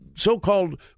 so-called